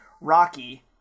Rocky